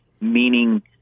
meaning